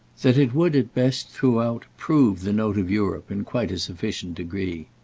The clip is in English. that it would, at best, throughout, prove the note of europe in quite a sufficient degree.